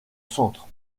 centre